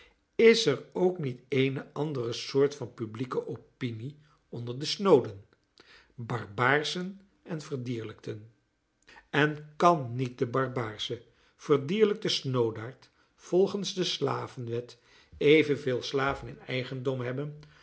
is er ook niet eene andere soort van publieke opinie onder de snooden barbaarschen en verdierlijkten en kan niet de barbaarsche verdierlijkte snoodaard volgens de slavenwet evenveel slaven in eigendom hebben